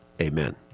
Amen